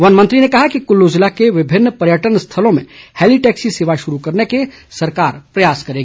one मंत्री ने कहा कि कुल्लू जिले के विभिन्न पर्यटन स्थलों में हैली टैक्सी सेवा शुरू करने के सरकार प्रयास करेगी